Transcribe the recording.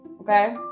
okay